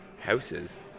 Houses